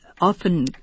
often